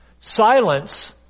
Silence